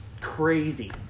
crazy